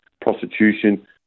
prostitution